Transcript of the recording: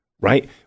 right